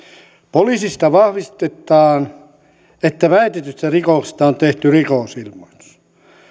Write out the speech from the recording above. poliisista vahvistetaan että väitetystä rikoksesta on tehty rikosilmoitus